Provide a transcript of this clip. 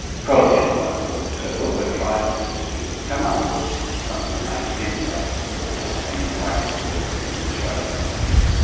prohibition won't work. so what we've tried to do is to come up with something that makes sense out of the law, and is likely to work in the australian context.